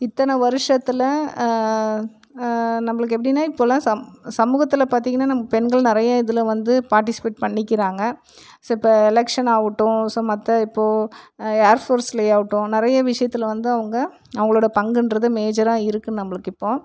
இத்தனை வருஷத்தில் நம்மளுக்கு எப்படின்னா இப்போல்லாம் சம் சமூகத்தில் பார்த்திங்கன்னா நம் பெண்கள் நிறையா இதில் வந்து பாட்டிஸிபேட் பண்ணிக்கிறாங்கள் ஸோ இப்போ எலக்க்ஷனாகட்டும் ஸோ மற்ற இப்போது ஏர் ஃபோர்ஸ்ல ஆகட்டும் நிறையா விஷயத்தில் வந்து அவங்க அவங்களோட பங்குன்றது மேஜராக இருக்குது நம்மளுக்கு இப்போது